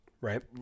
Right